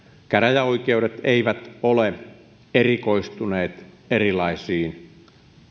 käräjäoikeudet eivät ole erikoistuneet erilaisiin